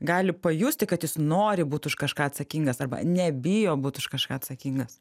gali pajusti kad jis nori būt už kažką atsakingas arba nebijo būt už kažką atsakingas